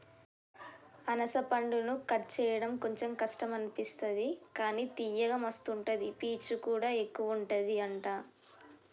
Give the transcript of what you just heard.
అనాస పండును కట్ చేయడం కొంచెం కష్టం అనిపిస్తది కానీ తియ్యగా మస్తు ఉంటది పీచు కూడా ఎక్కువుంటది అంట